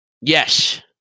Yes